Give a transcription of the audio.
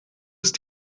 ist